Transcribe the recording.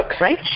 right